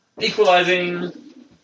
Equalizing